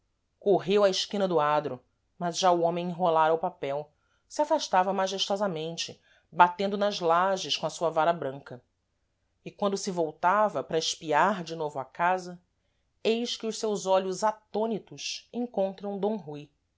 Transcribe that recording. correu à esquina do adro mas já o homem enrolara o papel se afastava majestosamente batendo nas lages com a sua vara branca e quando se voltava para espiar de novo a casa eis que os seus olhos atónitos encontram d rui